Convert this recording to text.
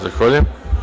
Zahvaljujem.